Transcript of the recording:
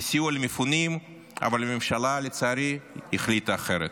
לסיוע למפונים, אבל לצערי, הממשלה החליטה אחרת,